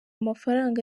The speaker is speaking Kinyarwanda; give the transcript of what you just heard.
amafaranga